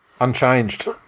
unchanged